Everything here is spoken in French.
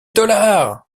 dollars